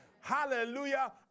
Hallelujah